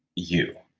you.